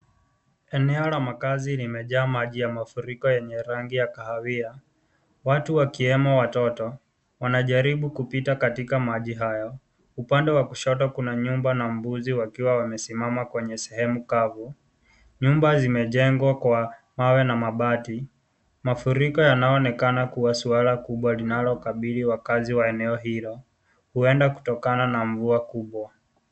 Eneo la makazi limejaa maji ya mafuriko yenye rangi ya kahawia watu wakiwemo watoto wanajaribu kupita katika maji hayo upande wa kushoto kuna nyumba na mbuzi wakiwa wamesimama kwenye sehemu kavu nyumba limejengwa kwa mawe na mabati mafuriko yanaonekana kuwa swala kubwa linalokabili wakaazi wa eneo hilo huenda kutokana na mvua kubwa.